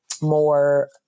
more